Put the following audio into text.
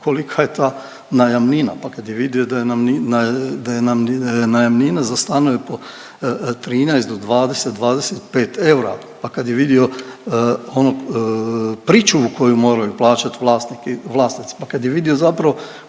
kolika je ta najamnina, pa kad je vidio da je najamnina za stanove po 13 do 20, 25 eura, pa kad je vidio pričuvu koju moraju plaćati vlasnici, pa kad je vidio zapravo